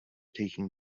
taking